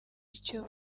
icyo